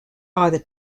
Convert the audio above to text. either